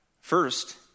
First